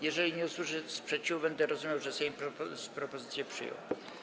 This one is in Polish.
Jeżeli nie usłyszę sprzeciwu, będę rozumiał, że Sejm propozycję przyjął.